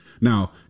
Now